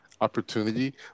opportunity